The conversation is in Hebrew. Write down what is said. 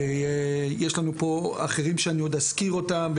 ויש לנו פה אחרים שאני עוד אזכיר אותם,